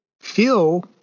feel